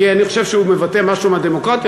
כי אני חושב שהוא מבטא משהו מהדמוקרטיה,